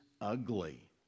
ugly